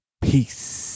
peace